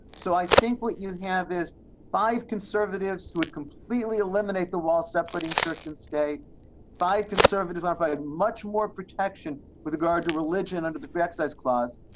so i think what you have is five conservatives would completely eliminate the wall separating church and state by conservative, not by a much more protection with regard to religion under the free access clause.